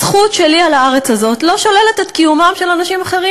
הזכות שלי על הארץ הזאת לא שוללת את קיומם של אנשים אחרים.